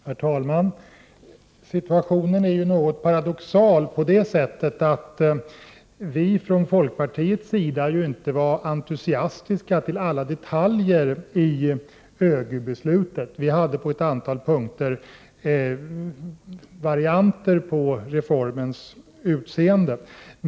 Herr talman! Situationen är något paradoxal eftersom vi från folkpartiet ju inte var entusiastiska till alla detaljer i ÖGY-beslutet. Vi hade på ett antal punkter varianter på reformens utseende.